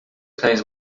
cães